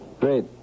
Great